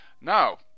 Now